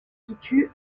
situe